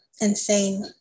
Insane